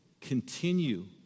continue